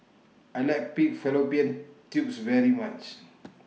I like Pig Fallopian Tubes very much